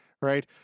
right